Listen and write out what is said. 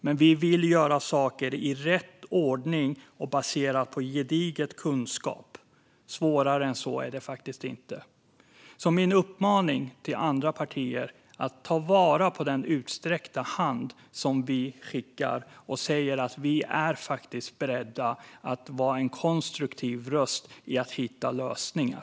Men vi vill göra saker i rätt ordning och baserat på gedigen kunskap. Svårare än så är det inte. Min uppmaning till andra partier är därför att ta vår utsträckta hand, för vi är faktiskt beredda att vara en konstruktiv röst för att hitta lösningar.